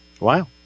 Wow